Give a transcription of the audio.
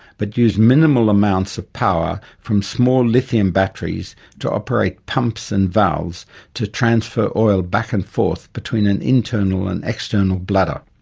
but use minimal amounts of power from small lithium batteries to operate pumps and valves to transfer oil back and forth between an internal and external bladder.